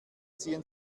ziehen